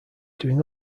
doing